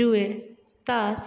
जुए ताश